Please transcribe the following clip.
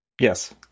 yes